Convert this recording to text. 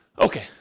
Okay